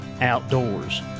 outdoors